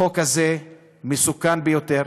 החוק הזה מסוכן ביותר.